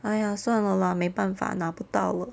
!aiya! 算了 lah 没办法拿不到了